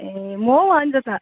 ए म हौ अन्जिता